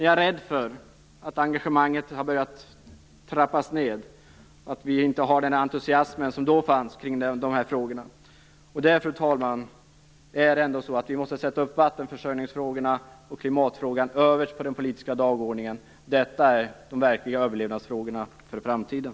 Jag är rädd för att engagemanget har börjat trappas ned, och att vi inte har den entusiasm som då fanns kring de här frågorna. Därför, fru talman, måste vi sätta upp vattenförsörjningsfrågan och klimatfrågan överst på den politiska dagordningen. Detta är de verkliga överlevnadsfrågorna för framtiden.